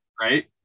Right